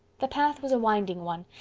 the path was a winding one,